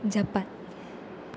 Japan